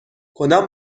کدام